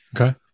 Okay